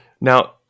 Now